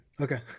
Okay